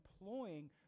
employing